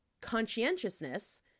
conscientiousness